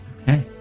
Okay